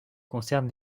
concerne